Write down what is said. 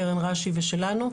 קרן רש"י ושלנו.